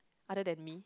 other than me